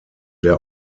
der